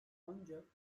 ancak